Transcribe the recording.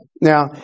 Now